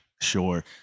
sure